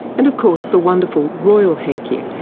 and of course the wonderful royal hakea,